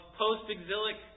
post-exilic